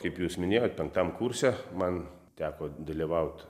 kaip jūs minėjot penktam kurse man teko dalyvaut